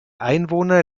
einwohner